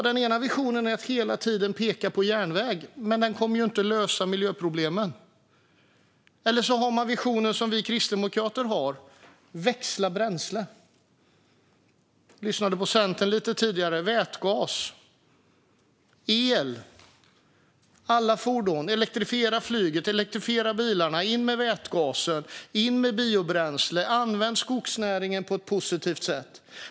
Den ena visionen är att hela tiden peka på järnväg, men den kommer inte att lösa miljöproblemen. Och så finns den vision som vi kristdemokrater har: Växla bränsle! Jag lyssnade på Centerns anförande tidigare. Det talades om vätgas och el för alla fordon: Elektrifiera flyget, elektrifiera bilarna, in med vätgasen, in med biobränsle och använd skogsnäringen på ett positivt sätt!